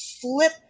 flip